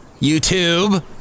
YouTube